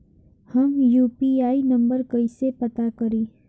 हम UPI number कइसे पता करी?